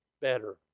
Better